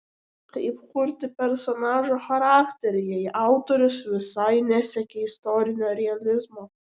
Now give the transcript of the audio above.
kaip kurti personažo charakterį jei autorius visai nesiekė istorinio realizmo